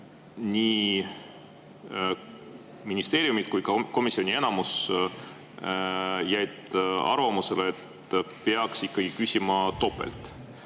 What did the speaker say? nii ministeeriumid kui ka komisjoni enamus jäi arvamusele, et peaks küsima topelt.